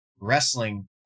Wrestling